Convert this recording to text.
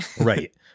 Right